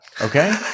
okay